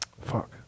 fuck